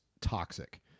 toxic